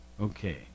Okay